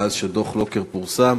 מאז שדוח לוקר פורסם